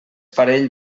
parell